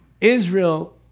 Israel